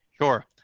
sure